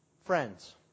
friends